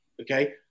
okay